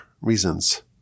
reasons